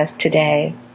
today